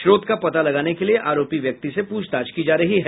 स्रोत का पता लगाने के लिये आरोपी व्यक्ति से पूछताछ की जा रही है